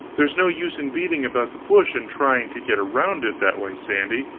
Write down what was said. there's no use in beating about the bush and trying to get around it that way, sandy,